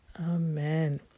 Amen